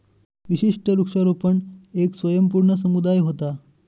विशिष्ट वृक्षारोपण येक स्वयंपूर्ण समुदाय व्हता